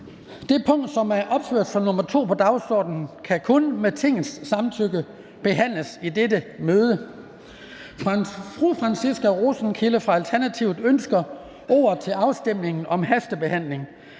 Det punkt, som er opført som nr. 2 på dagsordenen, kan kun med Tingets samtykke behandles i dette møde. Fru Franciska Rosenkilde fra Alternativet ønsker ordet til afstemningen om hastebehandling.